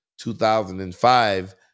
2005